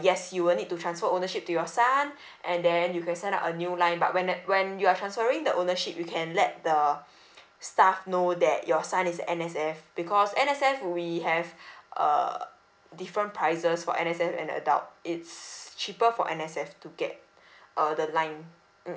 yes you will need to transfer ownership to your son and then you can sign up a new line but when t~ when you are transferring the ownership you can let the staff know that your son is N_S_F because N_S_F we have err different prices for N_S_F and adult it's cheaper for N_S_F to get uh the line mm